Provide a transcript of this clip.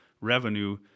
revenue